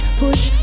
push